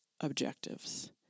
objectives